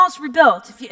rebuilt